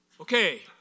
Okay